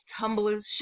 tumblers